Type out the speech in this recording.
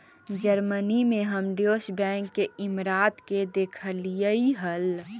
Germany में हम Deutsche Bank के इमारत के देखलीअई हल